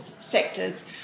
sectors